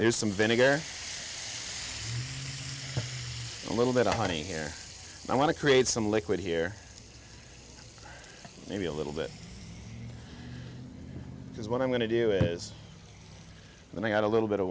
there's some vinegar a little bit of money here i want to create some liquid here maybe a little bit is what i'm going to do is that i got a little bit of